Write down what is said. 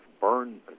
burn